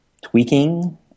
tweaking